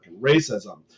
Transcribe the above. racism